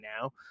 now